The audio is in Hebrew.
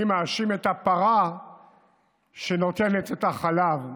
אני מאשים את הפרה שנותנת את החלב,